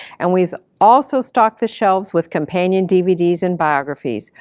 and we've also stocked the shelves with companion dvds and biographies.